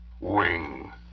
Wing